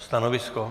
Stanovisko?